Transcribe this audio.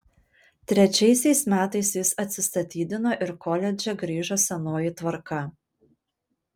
trečiaisiais metais jis atsistatydino ir koledže grįžo senoji tvarka